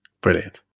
Brilliant